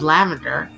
Lavender